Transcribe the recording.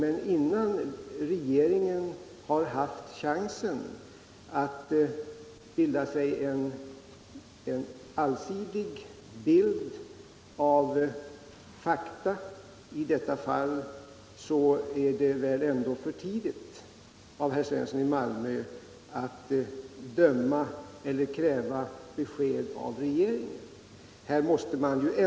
Men innan regeringen har haft fusioner inom chansen att skaffa sig en allsidig bild av fakta är det väl ändå för tidigt glasbranschen av herr Svensson i Malmö att kräva besked av regeringen.